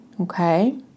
okay